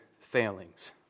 failings